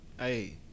Hey